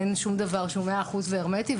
אין שום דבר שהוא 100% והרמטי,